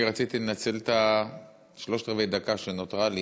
אני רציתי לנצל את שלושת רבעי הדקה שנותרו לי,